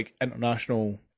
international